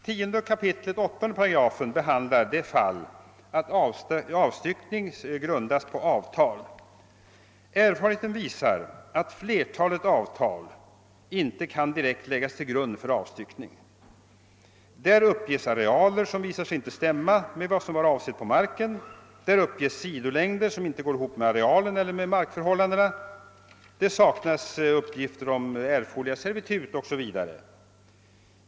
10 kap. 8 8 behandlar det fall då styckning grundas på avtal. Erfarenheten visar att flertalet avtal inte kan direkt läggas till grund för avstyckning. Där uppges arealer som inte visar sig stämma med vad som var avsett på marken, sidolängder som inte stämmer med arealen eller med markförhållandena, uppgifter om erforderliga servitut saknas O0.s.v.